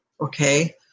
Okay